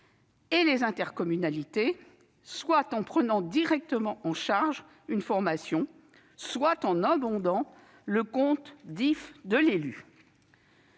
et les intercommunalités, soit en prenant directement en charge une formation soit en abondant le compte DIFE de l'élu.